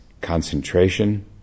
concentration